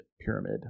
Pyramid